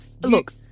Look